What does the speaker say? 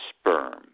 sperm